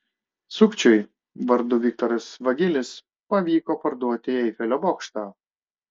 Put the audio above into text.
sukčiui vardu viktoras vagilis pavyko parduoti eifelio bokštą